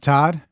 Todd